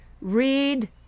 read